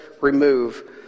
remove